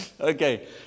Okay